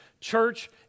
church